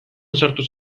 sartuz